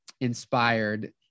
inspired